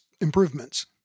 improvements